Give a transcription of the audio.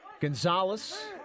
Gonzalez